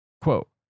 Quote